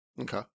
Okay